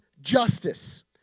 justice